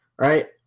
right